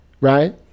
right